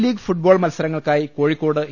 league football മത്സരങ്ങൾക്കായി ലെ എ കോഴിക്കോട് ഇ